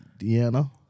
Deanna